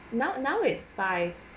now now it's five